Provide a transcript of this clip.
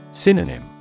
Synonym